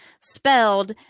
spelled